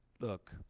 look